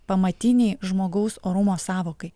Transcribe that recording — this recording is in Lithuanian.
pamatiniai žmogaus orumo sąvokai